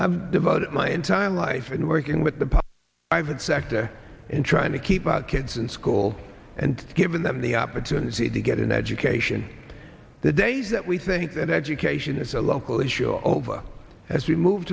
i've devoted my entire life in working with the i've that sector in trying to keep our kids in school and given them the opportunity to get an education the days that we think that education is a local issue over as we move